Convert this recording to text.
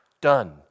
done